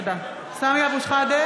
(קוראת בשמות חברי הכנסת) סמי אבו שחאדה,